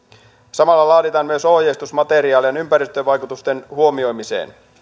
samalla laaditaan myös ohjeistusmateriaalia ympäristövaikutusten huomioimiseen